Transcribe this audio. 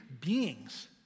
beings